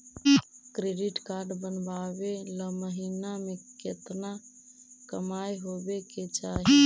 Credit card बनबाबे ल महीना के केतना कमाइ होबे के चाही?